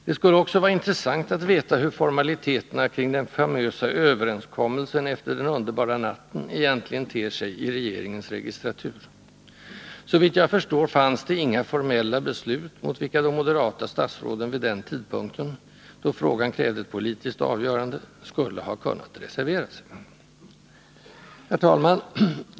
Det skulle också vara intressant att veta hur formaliteterna kring den famösa ”överenskommelsen” efter den underbara natten egentligen ter sig i regeringens registratur. Såvitt jag förstår fanns det inga formella beslut, mot vilka de moderata statsråden vid den tidpunkten — då frågan krävde ett politiskt ställningstagande — skulle kunnat reservera sig. Herr talman!